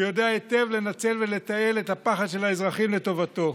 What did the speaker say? יודע היטב לנצל ולתעל את הפחד של האזרחים לטובתו.